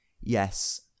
yes